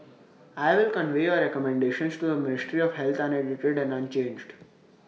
I will convey your recommendations to the ministry of health unedited and unchanged